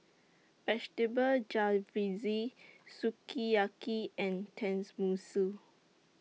Vegetable Jalfrezi Sukiyaki and Tenmusu